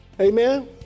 Amen